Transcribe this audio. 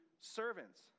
servants